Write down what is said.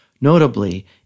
Notably